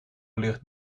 ligt